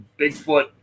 Bigfoot